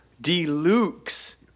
Deluxe